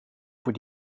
voor